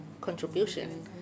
contribution